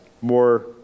more